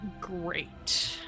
Great